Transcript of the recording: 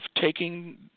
taking